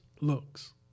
looks